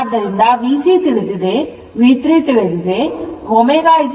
ಆದ್ದರಿಂದ V c ತಿಳಿದಿದೆ V3 ತಿಳಿದಿದೆ